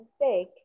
mistake